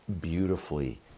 beautifully